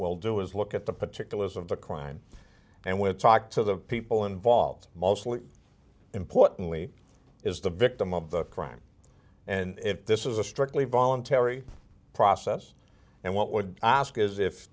we'll do is look at the particulars of the crime and we'll talk to the people involved mostly importantly is the victim of the crime and if this is a strictly voluntary process and what would ask is if